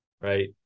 right